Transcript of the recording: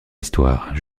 histoire